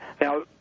Now